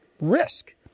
risk